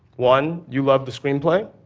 one you love the screenplay,